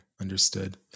Understood